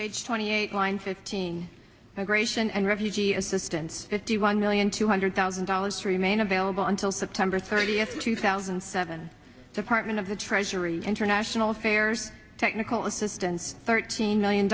page twenty eight line fifteen gratian and refugee assistance fifty one million two hundred thousand dollars remain available until september thirtieth two thousand and seven department of the treasury international affairs technical assistance thirteen million